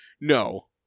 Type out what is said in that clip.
No